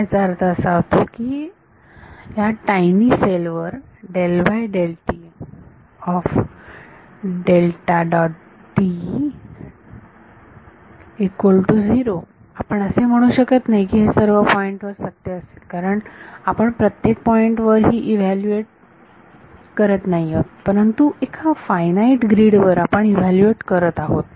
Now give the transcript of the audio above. तर याचा अर्थ असा होतो की ह्या टाइनी सेल वर आपण असे म्हणू शकत नाही की हे सर्व पॉईंट वर सत्य असेल कारण आपण प्रत्येक पॉईंट वर ही इव्हॅल्यूएट करत नाही आहोत परंतु एका फायनाईट ग्रीड वर आपण इव्हॅल्यूएट करत आहोत